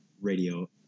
radio